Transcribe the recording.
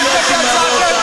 אני לא הייתי מעלה אותה.